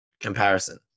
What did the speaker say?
comparison